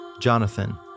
Jonathan